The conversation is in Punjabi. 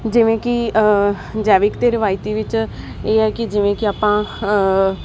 ਜਿਵੇਂ ਕਿ ਜੈਵਿਕ ਤੇ ਰਿਵਾਇਤੀ ਵਿੱਚ ਇਹ ਹੈ ਕਿ ਜਿਵੇਂ ਕਿ